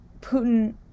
Putin